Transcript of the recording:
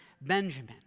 Benjamin